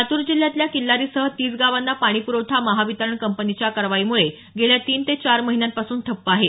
लातूर जिल्ह्यातल्या किछारीसह तीस गावांना पाणी प्रवठा महावितरण कंपनीच्या कारवाईमुळे गेल्या तीन ते चार महिन्यापासून ठप्प आहे